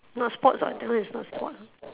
not sports [what] that one is not sport